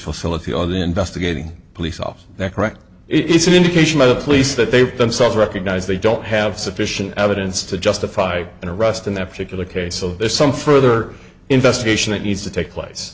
the investigating police officer that correct it's an indication by the police that they themselves recognize they don't have sufficient evidence to justify an arrest in that particular case so there's some further investigation that needs to take place